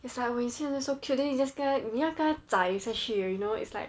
it's like when you see until so cute then you just 要跟它要跟它栽下去 you know it's like